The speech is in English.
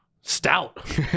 stout